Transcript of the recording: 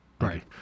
right